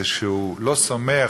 זה שהוא לא סומך,